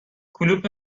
کلوپ